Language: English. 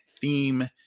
theme